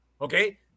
Okay